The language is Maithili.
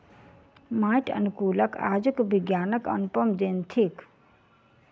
माइट अनुकूलक आजुक विज्ञानक अनुपम देन थिक